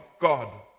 God